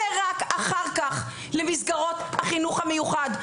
ורק אחר כך למסגרות החינוך המיוחד.